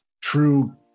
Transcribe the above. true